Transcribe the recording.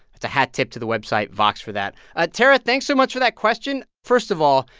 that's a hat tip to the website vox for that. ah tara, thanks so much for that question. first of all,